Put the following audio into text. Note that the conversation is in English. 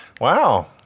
Wow